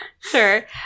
Sure